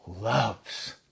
loves